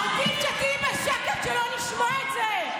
עדיף שתהיי בשקט, שלא נשמע את זה.